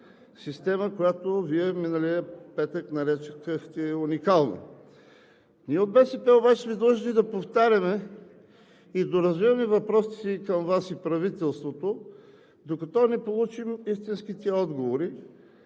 система, която Вие миналия петък нарекохте „уникална“. Ние от БСП обаче сме длъжни да повтаряме и доразвиваме въпросите си към Вас и правителството, докато не получим истинските отговори,